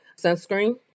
sunscreen